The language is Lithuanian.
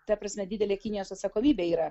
ta prasme didelė kinijos atsakomybė yra